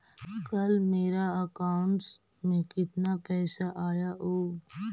कल मेरा अकाउंटस में कितना पैसा आया ऊ?